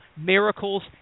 miracles